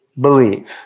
believe